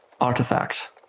artifact